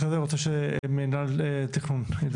אחרי זה אני רוצה שמינהל התכנון ידבר.